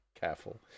careful